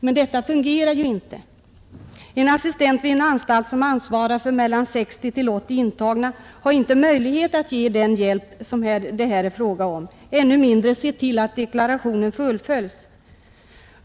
Men detta fungerar ju inte. En assistent vid en anstalt som ansvarar för mellan 60 och 80 intagna har inte möjlighet att ge den hjälp som det här är fråga om och ännu mindre att se till att deklarationen fullföljs.